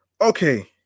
okay